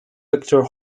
victor